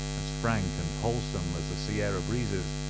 as frank and wholesome as the sierra breezes,